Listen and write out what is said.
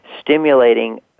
stimulating